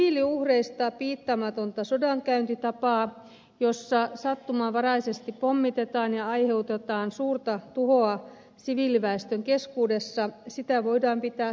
tällaista siviiliuhreista piittaamatonta sodankäyntitapaa jossa sattumanvaraisesti pommitetaan ja aiheutetaan suurta tuhoa siviiliväestön keskuudessa voidaan pitää sodankäyntirikoksena